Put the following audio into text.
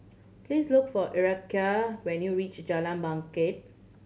please look for Erykah when you reach Jalan Bangket